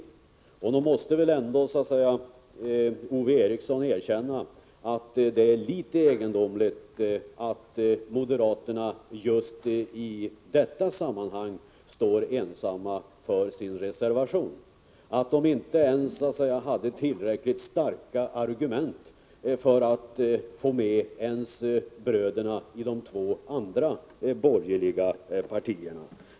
Nog måste väl Ove Eriksson erkänna att det är litet egendomligt att moderaterna just i detta sammanhang står ensamma med sin reservation. De hade inte ens tillräckligt starka argument för att få med bröderna i de två andra borgerliga partierna.